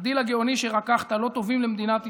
והדיל הגאוני שרקחת לא טובים למדינת ישראל,